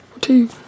two